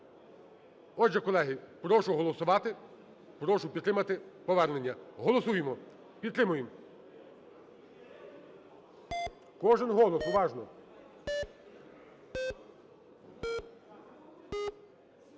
Отже, колеги, прошу голосувати, прошу підтримати повернення. Голосуємо, підтримуємо! Кожен голос! Уважно!